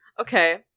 Okay